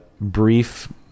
brief